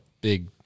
big